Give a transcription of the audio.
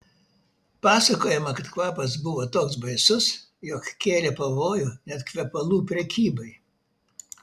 pasakojama kad kvapas buvo toks baisus jog kėlė pavojų net kvepalų prekybai